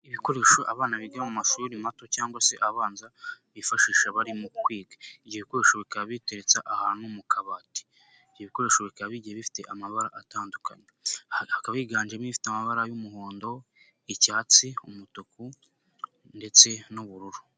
Ibikoresho abana biga mu mashuri mato cyangwa se abanza bifashisha bari kwiga, ibyo bikoresho bikaba biteretse ahantu mu kabati, ibyo bikoresho bikaba bigiye bifite amabara atandukanye, hakaba higanjemo ifite amabara y'umuhondo, icyatsi, umutuku ndetse n'ubururu.